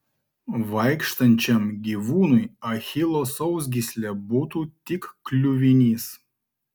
vaikštančiam gyvūnui achilo sausgyslė būtų tik kliuvinys